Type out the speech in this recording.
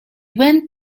went